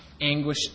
anguish